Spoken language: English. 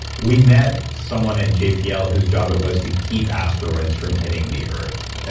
we met someone at jpl who's job it was to keep asteroids from hitting the earth.